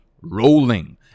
rolling